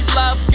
love